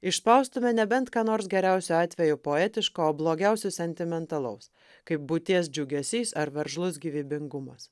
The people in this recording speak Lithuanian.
išspaustume nebent ką nors geriausiu atveju poetiško o blogiausiu sentimentalaus kaip būties džiugesys ar veržlus gyvybingumas